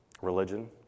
religion